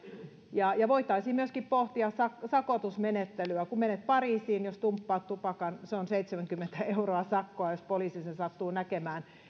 ja ja voitaisiin myöskin pohtia sakotusmenettelyä kun menet pariisiin niin jos tumppaat tupakan se on seitsemänkymmentä euroa sakkoa jos poliisi sen sattuu näkemään